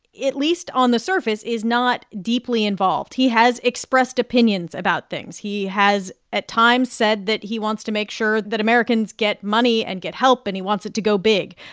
least on the surface, is not deeply involved. he has expressed opinions about things. he has at times said that he wants to make sure that americans get money and get help, and he wants it to go big.